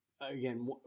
again